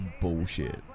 bullshit